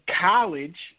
college